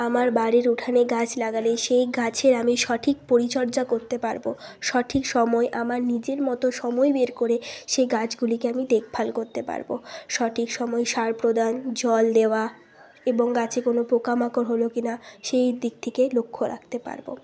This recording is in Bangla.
আমার বাড়ির উঠানে গাছ লাগালেই সেই গাছের আমি সঠিক পরিচর্যা করতে পারবো সঠিক সময়ে আমার নিজের মতো সময় বের করে সেই গাছগুলিকে আমি দেখভাল করতে পারবো সঠিক সময়ে সার প্রদান জল দেওয়া এবং গাছে কোনও পোকা মাকড় হলো কি না সেই দিকে লক্ষ্য রাখতে পারবো